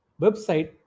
website